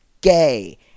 gay